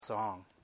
song